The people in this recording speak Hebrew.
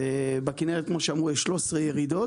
ובכנרת, כמו שאמרו, יש 13 ירידות